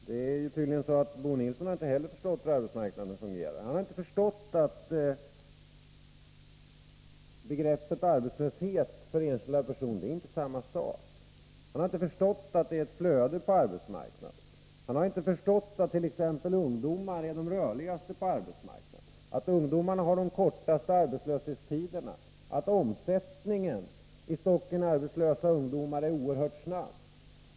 Fru talman! Det är tydligen så att Bo Nilsson inte heller har förstått hur arbetsmarknaden fungerar. Han har inte förstått att begreppet arbetslöshet för enskilda personer inte är samma sak. Han har inte förstått att det är ett flöde på arbetsmarknaden. Han har inte förstått att ungdomarna är de rörligaste på arbetsmarknaden, att ungdomarna har de kortaste arbetslöshetstiderna, att omsättningen i stocken arbetslösa ungdomar är oerhört snabb.